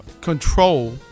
control